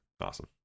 awesome